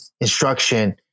instruction